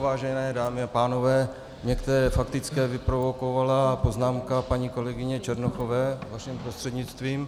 Vážené dámy a pánové, některé faktické vyprovokovala poznámka paní kolegyně Černochové vaším prostřednictvím.